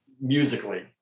musically